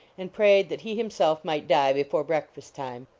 and prayed that he himself might die before breakfast time.